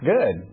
Good